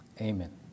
Amen